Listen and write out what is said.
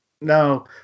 No